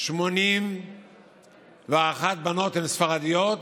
81 בנות הן ספרדיות.